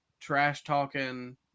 Trash-talking